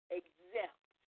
exempt